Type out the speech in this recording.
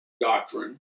doctrine